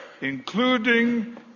including